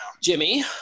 Jimmy